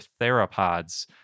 theropods